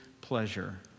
pleasure